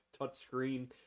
touchscreen